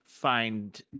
find